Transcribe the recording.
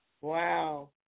Wow